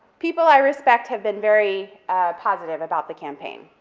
people i respect have been very positive about the campaign,